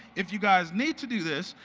if you guys need to do this,